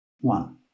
One